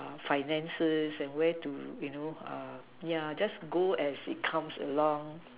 err finances and where to you know err ya just go as it comes along